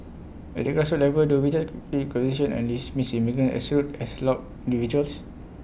at the grassroots level do we judge and dismiss immigrants as rude as loud individuals